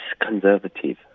conservative